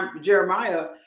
Jeremiah